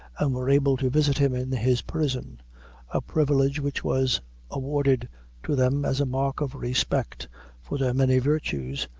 and were able to visit him in his prison a privilege which was awarded to them as a mark of respect for their many virtues,